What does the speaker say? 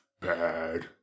bad